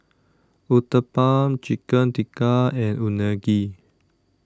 Uthapam Chicken Tikka and Unagi